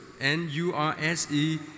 N-U-R-S-E